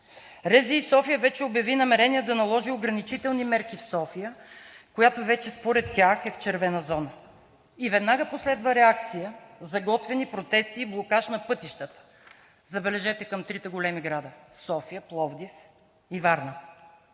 РЗИ – София, вече обяви намерения да наложи ограничителни мерки в София, която вече според тях е в червената зона и веднага последва реакция за готвени протести и блокаж на пътищата, забележете към трите големи града – София, Пловдив и Варна.